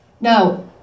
Now